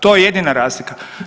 To je jedina razlika.